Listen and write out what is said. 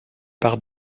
par